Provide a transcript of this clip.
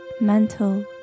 mental